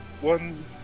one